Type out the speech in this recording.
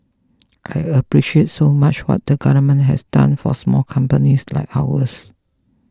I appreciate so much what the government has done for small companies like ours